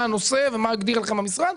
מה הנושא ומה הגדיר לכם המשרד,